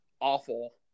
awful